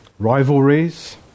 Rivalries